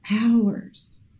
hours